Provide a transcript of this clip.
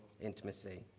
intimacy